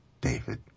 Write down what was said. David